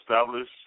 establish